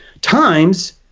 times